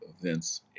events